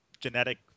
genetic